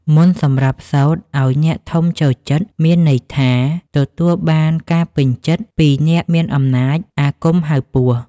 មន្តសម្រាប់សូត្រឱ្យអ្នកធំចូលចិត្ត មានន័យថាទទួលបានការពេញចិត្តពីអ្នកមានអំណាច អាគមហៅពស់។